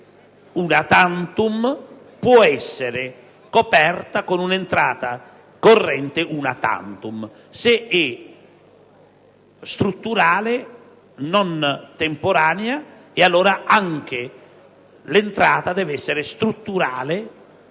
*una tantum* può essere coperta con un'entrata corrente *una tantum*; se è strutturale, non temporanea, allora anche l'entrata deve essere strutturale,